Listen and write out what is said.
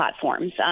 platforms